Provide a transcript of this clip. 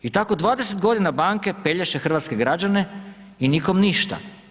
I tako 20 godina banke pelješe hrvatske građane i nikom ništa.